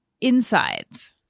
insides